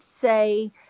say